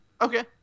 Okay